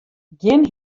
gjin